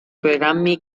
programmi